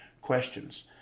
questions